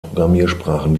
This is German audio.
programmiersprachen